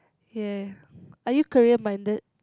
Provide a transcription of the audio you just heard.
ya are you career minded